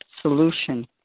solution